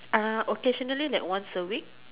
uh occasionally like once a week